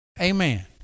Amen